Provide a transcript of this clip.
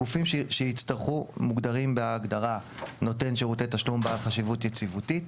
הגופים שיצטרכו מוגדרים בהגדרה נותן שירותי תשלום בעל חשיבות יציבותית,